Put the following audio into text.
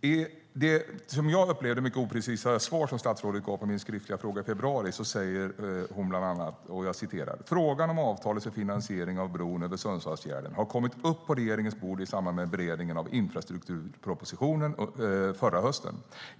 I det, som jag upplevde, mycket oprecisa svar som statsrådet gav på min skriftliga fråga i februari säger hon bland annat: "Frågan om avtalet för finansiering av bron över Sundsvallsfjärden har kommit upp på regeringens bord i samband med beredningen av infrastrukturpropositionen som lades fram till riksdagen förra hösten.